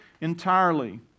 entirely